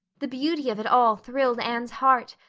the beauty of it all thrilled anne's heart,